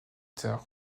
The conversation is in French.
tard